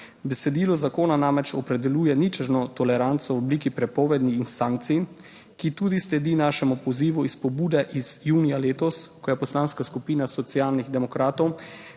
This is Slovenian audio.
Besedilo zakona namreč opredeljuje ničelno toleranco v obliki prepovedi in sankcij, ki tudi sledi našemu pozivu iz pobude iz junija letos, ko je Poslanska skupina Socialnih demokratov